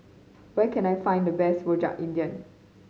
where can I find the best Rojak India